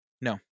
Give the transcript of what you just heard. no